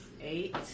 eight